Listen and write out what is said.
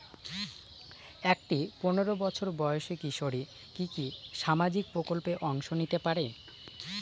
একটি পোনেরো বছর বয়সি কিশোরী কি কি সামাজিক প্রকল্পে অংশ নিতে পারে?